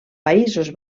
països